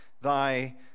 thy